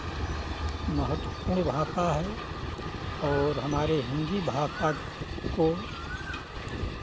महत्वपूर्ण भाषा है और हमारे हिन्दी भाषा को